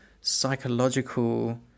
psychological